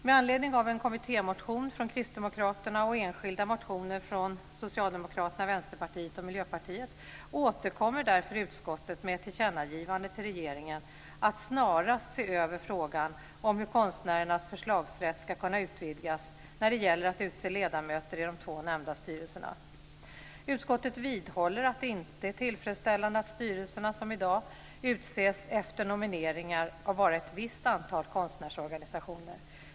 Med anledning av en kommittémotion från Kristdemokraterna och enskilda motioner från Socialdemokraterna, Vänsterpartiet och Miljöpartiet återkommer därför utskottet med ett tillkännagivande till regeringen att snarast se över frågan om hur konstnärernas förslagsrätt ska kunna utvidgas när det gäller att utse ledamöter i de två nämnda styrelserna. Utskottet vidhåller att det inte är tillfredsställande att styrelserna, som i dag, utses efter nomineringar av bara ett visst antal konstnärsorganisationer.